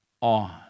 on